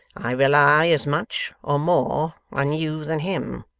i rely as much, or more, on you than him.